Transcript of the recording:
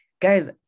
guys